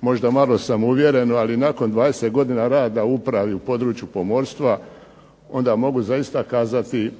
Možda malo samouvjereno ali nakon 20 godina rada u upravi u području pomorstva onda mogu zaista kazati